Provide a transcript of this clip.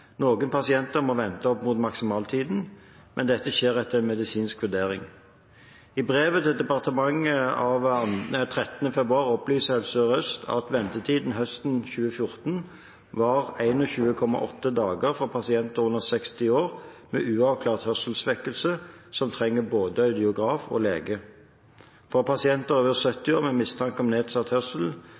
Noen pasienter må vente opp mot maksimaltiden, men dette skjer etter en medisinsk vurdering. I brevet til departementet av 13. februar opplyser Helse Sør-Øst at ventetiden høsten 2014 var 21,8 dager for pasienter under 60 år med uavklart hørselssvekkelse som trengte både audiograf og lege. For pasienter over 70 år med mistanke om nedsatt hørsel